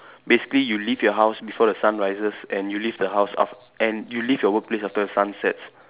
basically you leave your house before the sun rises and you leave the house af~ and you leave your workplace after the sun sets